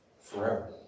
forever